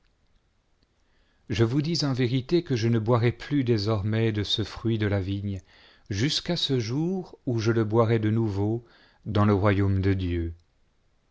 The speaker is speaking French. je vous dis en vérité plus de la jusqu'à ce jour où je le boirai de nouveau dans le royaume de dieu